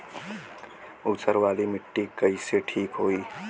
ऊसर वाली मिट्टी कईसे ठीक होई?